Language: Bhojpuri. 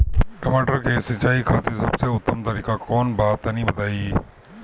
टमाटर के सिंचाई खातिर सबसे उत्तम तरीका कौंन बा तनि बताई?